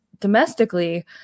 domestically